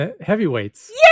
heavyweights